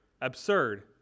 absurd